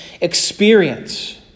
experience